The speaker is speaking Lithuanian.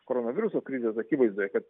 koronaviruso krizės akivaizdoje kad